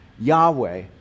Yahweh